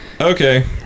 Okay